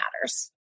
matters